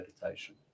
meditation